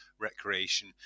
recreation